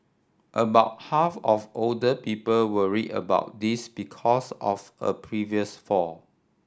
about half of older people worry about this because of a previous fall